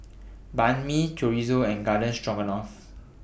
Banh MI Chorizo and Garden Stroganoff